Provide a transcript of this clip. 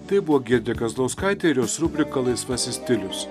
tai buvo giedrė kazlauskaitė ir jos rubrika laisvasis stilius